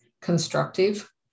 constructive